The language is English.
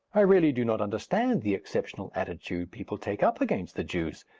i really do not understand the exceptional attitude people take up against the jews.